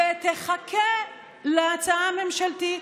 והיא תחכה להצעה הממשלתית.